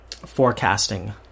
forecasting